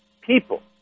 people